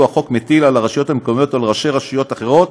החוק מטיל על הרשויות המקומיות או על ראשי רשויות אחרות